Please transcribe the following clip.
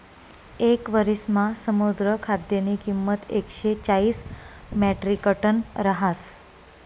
येक वरिसमा समुद्र खाद्यनी किंमत एकशे चाईस म्याट्रिकटन रहास